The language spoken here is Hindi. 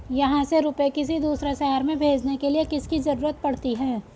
यहाँ से रुपये किसी दूसरे शहर में भेजने के लिए किसकी जरूरत पड़ती है?